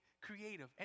Creative